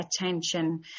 attention